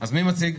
אז מי מציג?